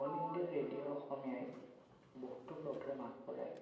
all India Radio অসমীয়াই বহুতো programme আগবঢ়ায়